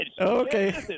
Okay